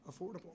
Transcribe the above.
affordable